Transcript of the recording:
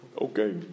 okay